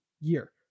year